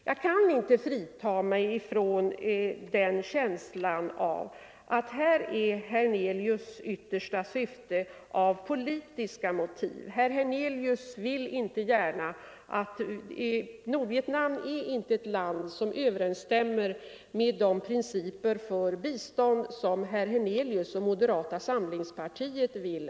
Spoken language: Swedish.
Jag kan inte frita mig från känslan av att herr Hernelius ytterst har politiska motiv; ett bistånd till Nordvietnam överensstämmer inte med de principer för bistånd som herr Hernelius och moderata samlingspartiet har.